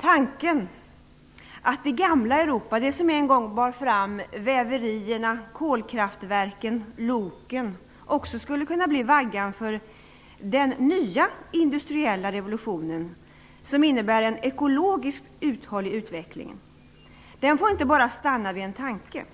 Tanken att det gamla Europa, det som en gång bar fram väverierna, kolkraftverken, loken, också skulle kunna bli vaggan för den nya industriella revolutionen som innebär en ekologiskt uthållig utveckling, får inte bara stanna vid en tanke.